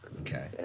Okay